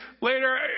later